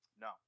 No